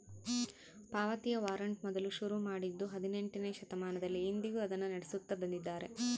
ಪಾವತಿಯ ವಾರಂಟ್ ಮೊದಲು ಶುರು ಮಾಡಿದ್ದೂ ಹದಿನೆಂಟನೆಯ ಶತಮಾನದಲ್ಲಿ, ಇಂದಿಗೂ ಅದನ್ನು ನಡೆಸುತ್ತ ಬಂದಿದ್ದಾರೆ